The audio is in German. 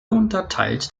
unterteilt